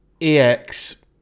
EX